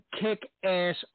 kick-ass